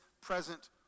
present